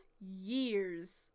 years